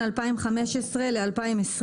בין 2015 ל-2021